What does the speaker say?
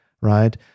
right